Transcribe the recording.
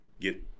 get